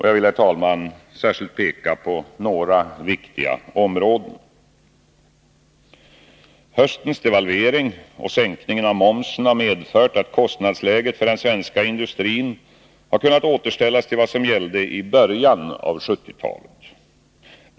Jag vill, herr talman, särskilt peka på några viktiga områden: Höstens devalvering och sänkningen av momsen har medfört att kostnadsläget för den svenska industrin har kunnat återställas till vad som gällde i början av 1970-talet.